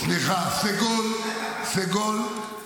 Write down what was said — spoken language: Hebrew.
סליחה, סגול.